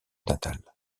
natal